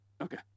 Okay